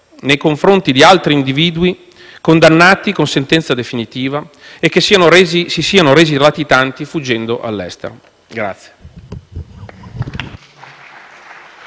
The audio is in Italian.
nei confronti di altri eventuali individui, condannati con sentenza definitiva, che si siano resi latitanti fuggendo all'estero.